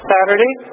Saturday